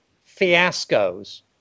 fiascos